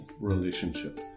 relationship